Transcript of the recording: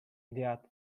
ideata